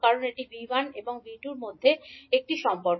কারণ এটি 𝐕1 এবং 𝐕2 এর মধ্যে একটি সম্পর্ক